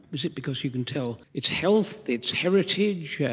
is it because you can tell its health, its heritage, yeah